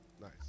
nice